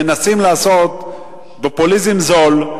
מנסים לעשות פופוליזם זול,